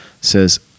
says